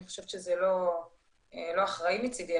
אני חושבת שזה יהיה לא אחראי מצדי,